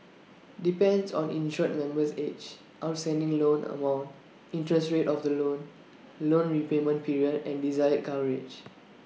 depends on insured member's age outstanding loan amount interest rate of the loan loan repayment period and desired coverage